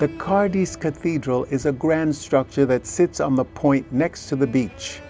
cathedral is a grand structure that sits on the point next to the beach